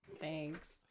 Thanks